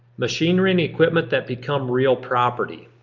machinery and equipment that become real property.